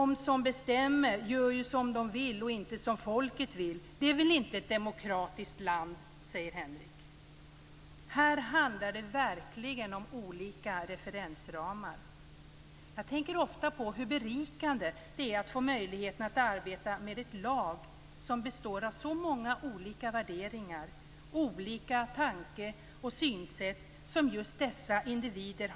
De som bestämmer gör ju som de vill och inte som folket vill. Det är väl inte ett demokratiskt land, säger Henrik. Här handlar det verkligen om olika referensramar. Jag tänker ofta på hur berikande det är att få möjligheten att arbeta med ett lag som består av så många olika värderingar och som har så olika tanke och synsätt med sig i bagaget som just dessa individer.